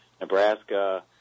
nebraska